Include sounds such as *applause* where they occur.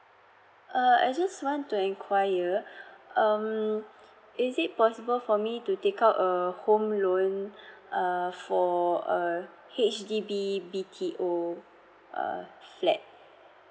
uh I just want to inquire um is it possible for me to take up a home loan *breath* err for err H_D_B B_T_O uh flat